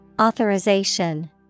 Authorization